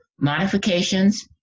modifications